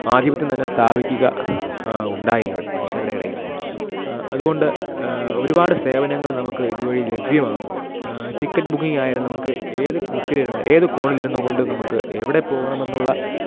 ആധിപത്യം തന്നെ സ്ഥാപിക്കുക ഉണ്ടായി ഇവിടെ മനുഷ്യരുടെ ഇടയിൽ അതുകൊണ്ട് ഒരുപാട് സേവനങ്ങള് നമുക്കിതുവഴി ലഭ്യമാകുന്നുണ്ട് ടിക്കറ്റ് ബുക്കിംഗ് ആയാലും നമുക്ക് ഏത് മുക്കിലിരുന്ന് ഏത് കോണിലിരുന്ന് കൊണ്ടും നമുക്ക് എവിടെ പോകണമെന്നുള്ള